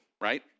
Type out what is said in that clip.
right